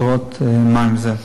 לראות מה עם זה.